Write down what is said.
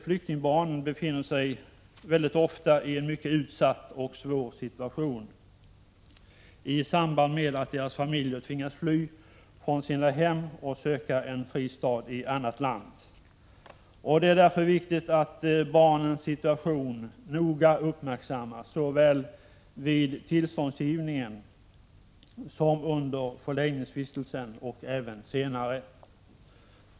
Flyktingbarnen befinner sig ofta i en mycket utsatt och svår situation i samband med att deras familjer tvingas fly från sina hem och söka en fristad i ett annat land. Det är därför viktigt att barnens situation noga uppmärksammas såväl vid tillståndsgivningen som under förläggningsvistelsen och även senare.